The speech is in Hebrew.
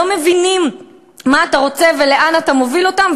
לא מבינים מה אתה רוצה ולאן אתה מוביל אותם.